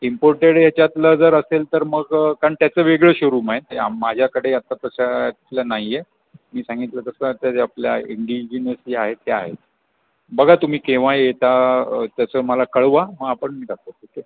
imported याच्यातलं जर असेल तर मग कारण त्याचं वेगळं शोरूम आहेत ते आम माझ्याकडे आता तशातलं नाही आहे मी सांगितलं तसं आता जे आपल्या इंडिजिनस जी आहेत त्या आहेत बघा तुम्ही केव्हा येता तसं मला कळवा मग आपण ठीक आहे